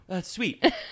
sweet